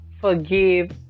forgive